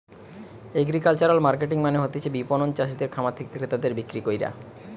agricultural marketing মানে হতিছে বিপণন চাষিদের খামার থেকে ক্রেতাদের বিক্রি কইরা